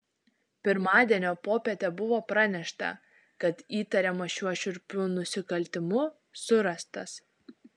pirmadienio popietę buvo pranešta kad įtariamas šiuo šiurpiu nusikaltimu surastas